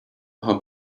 how